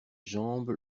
jambes